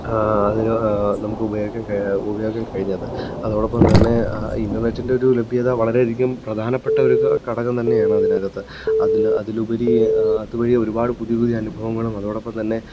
അതിന് നമുക്ക് ഉപയോഗിക്കാൻ കഴിഞ്ഞത് അതോടൊപ്പം തന്നെ ഇൻറർനെറ്റിൻ്റെ ഒരു ലഭ്യത വളരെയധികം പ്രധാനപ്പെട്ട ഒരു ഘടകം തന്നെയാണ് അതിനകത്ത് അതിലുപരി അതു വഴി ഒരുപാട് പുതിയ പുതിയ അനുഭവങ്ങളും അതോടൊപ്പം തന്നെ